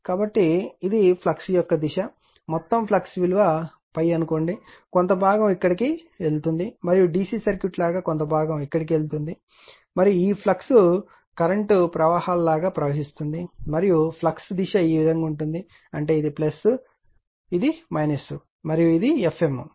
కాబట్టి ఇది ఫ్లక్స్ యొక్క దిశ మొత్తం ఫ్లక్స్ విలువ ∅ అని పరిగణించండి కొంత భాగం ఇక్కడకు వెళుతుంది మరియు DC సర్క్యూట్ లాగా కొంత భాగం ఇక్కడకు వెళుతుంది మరియు ఈ ఫ్లక్స్ కరెంట్ ప్రవాహాల లాగా ప్రవహిస్తోంది మరియు ఫ్లక్స్ దిశ ఈ విధంగా ఉంటుంది అంటే ఇది గా ఉంటుంది మరియు ఇది గా ఉంటుంది మరియు అది Fm అవుతుంది